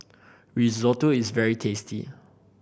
risotto is very tasty